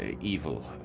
evil